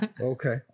okay